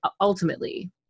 Ultimately